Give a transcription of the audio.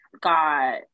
got